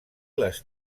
les